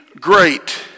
great